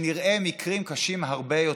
נראה מקרים קשים הרבה יותר.